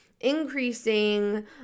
increasing